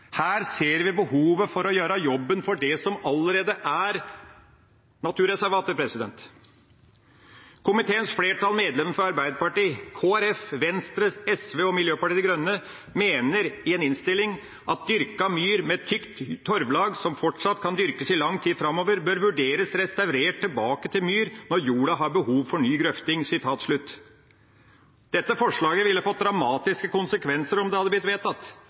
Her ser vi behovet for å gjøre jobben for det som allerede er naturreservater. I innstillinga står det: «Komiteens flertall, medlemmene fra Arbeiderpartiet, Kristelig Folkeparti, Venstre, Sosialistisk Venstreparti og Miljøpartiet De Grønne, mener videre at dyrket myr med tykt torvlag som fortsatt kan dyrkes i lang tid fremover, bør vurderes restaurert tilbake til myr når jorda har behov for ny grøfting.» Dette forslaget ville fått dramatiske konsekvenser om det hadde blitt vedtatt.